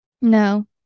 No